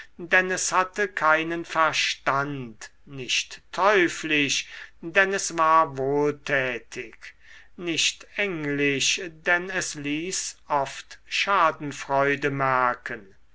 denn es hatte keinen verstand nicht teuflisch denn es war wohltätig nicht englisch denn es ließ oft schadenfreude merken